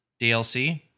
DLC